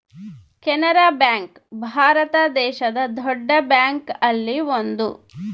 Canara bank Bharat ದೇಶದ್ ದೊಡ್ಡ bank ಅಲ್ಲಿ ಒಂದು